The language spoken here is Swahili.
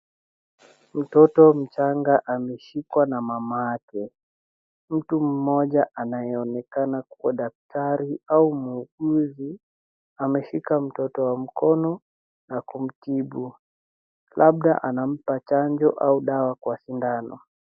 Mtoto mchanga ameshikwa na mama yake mtu mmoja anayeonekana kuwa daktari au muuguzi ameshika mtoto mkono na kumtibu, labda anampatia chanjo au dawa kwa sindano.